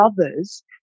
others